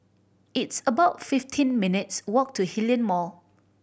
it's about fifteen minutes' walk to Hillion Mall